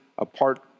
Apart